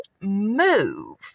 move